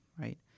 right